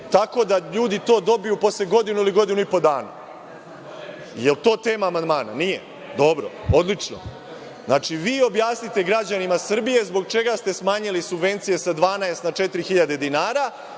tako da ljudi to dobiju posle godinu ili godinu i po dana. Jel to tema amandmana? Nije? Dobro, odlično. Znači, vi objasnite građanima Srbije zbog čega ste smanjili subvencije sa 12 na 4.000 dinara